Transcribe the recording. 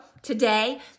Today